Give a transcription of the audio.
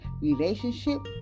relationship